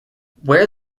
where